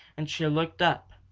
and she looked up.